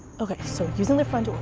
ok, so using the front,